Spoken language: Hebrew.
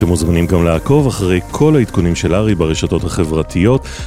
אתם מוזמנים גם לעקוב אחרי כל העדכונים של ארי ברשתות החברתיות